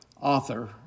author